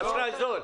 אשראי זול.